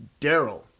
Daryl